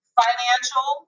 financial